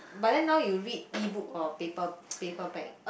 but then now you read E-book or paper~ paperback